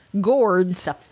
gourds